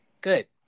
good